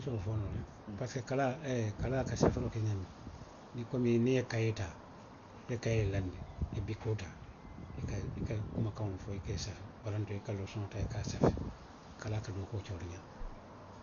Nse wo fo noo le, parisiko kalaa, kalaa i ka safeeroo ke ňaamiŋ, komi niŋ i ye kayee taa, i ye kayee laandi, i ye bikoo taa, i ka, i ka kumakaŋolu fo, i ka i safee, waranto i ka losoŋo taa i ka a safee. Kalaa ka dookuo ke wo le ňaama.